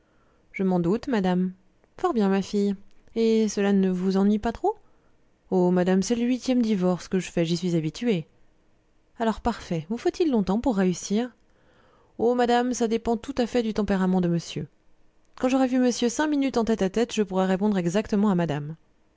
je m'en doute madame fort bien ma fille et cela ne vous ennuie pas trop oh madame c'est le huitième divorce que je fais j'y suis habituée alors parfait vous faut-il longtemps pour réussir oh madame cela dépend tout à fait du tempérament de monsieur quand j'aurai vu monsieur cinq minutes en tête-à-tête je pourrai répondre exactement à madame